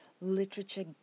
literature